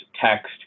text